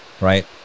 right